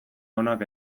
onak